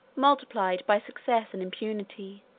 multiplied by success and impunity,